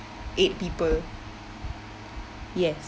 eight people yes